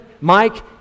Mike